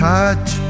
Touch